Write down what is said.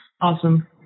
Awesome